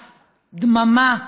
הס, דממה,